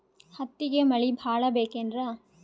ಹತ್ತಿಗೆ ಮಳಿ ಭಾಳ ಬೇಕೆನ್ರ?